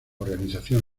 organización